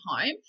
home